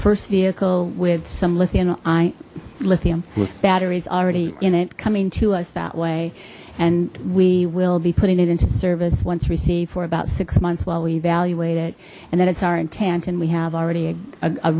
first vehicle with some lithium lithium batteries already in it coming to us that way and we will be putting it into service once received for about six months while we evaluate it and that it's our intent and we have already a